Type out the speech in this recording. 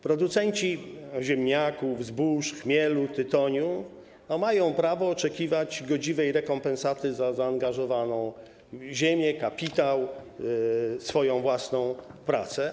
Producenci ziemniaków, zbóż, chmielu, tytoniu mają prawo oczekiwać godziwej rekompensaty za zaangażowane ziemię, kapitał, swoją własną pracę.